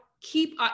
keep